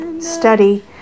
study